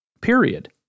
Period